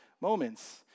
moments